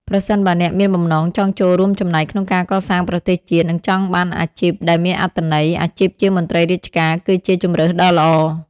ប្រសិនបើអ្នកមានបំណងចង់ចូលរួមចំណែកក្នុងការកសាងប្រទេសជាតិ និងចង់បានអាជីពដែលមានអត្ថន័យ អាជីពជាមន្ត្រីរាជការគឺជាជម្រើសដ៏ល្អ។